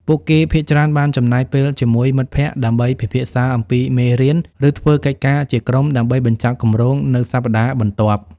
ពួកគេភាគច្រើនបានចំណាយពេលជាមួយមិត្តភក្តិដើម្បីពិភាក្សាអំពីមេរៀន ឬធ្វើកិច្ចការជាក្រុមដើម្បីបញ្ចប់គម្រោងនៅសប្តាហ៍បន្ទាប់។